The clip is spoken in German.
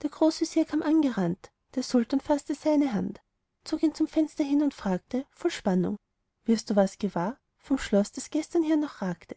der großvezier kam angerannt der sultan faßte seine hand zog ihn zum fenster hin und fragte voll spannung wirst du was gewahr vom schloß das gestern hier noch ragte